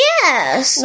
Yes